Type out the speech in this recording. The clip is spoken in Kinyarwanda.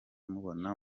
mubona